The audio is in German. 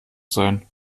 sein